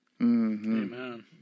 Amen